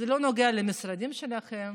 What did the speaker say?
זה לא נוגע למשרדים שלכם.